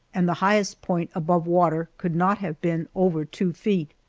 and the highest point above water could not have been over two feet.